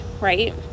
right